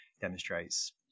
demonstrates